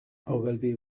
ogilvy